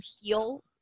heal